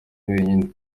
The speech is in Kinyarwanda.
wenyine